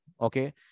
okay